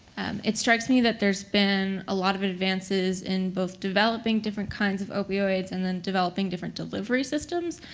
it strikes me that there's been a lot of advances in both developing different kinds of opioids and then developing different delivery systems.